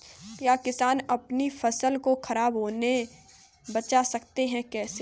क्या किसान अपनी फसल को खराब होने बचा सकते हैं कैसे?